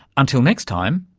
until next time,